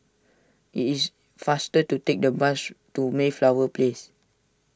it is faster to take the bus to Mayflower Place